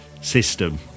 system